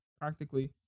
practically